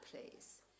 please